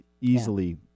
Easily